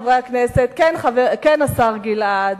חברי חברי הכנסת, כן, השר גלעד.